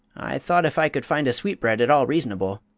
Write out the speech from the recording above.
i thought if i could find a sweetbread at all reasonable